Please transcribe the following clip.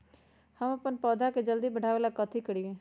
हम अपन पौधा के जल्दी बाढ़आवेला कथि करिए?